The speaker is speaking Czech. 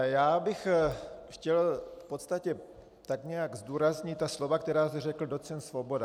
Já bych chtěl v podstatě tak nějak zdůraznit slova, která zde řekl docent Svoboda.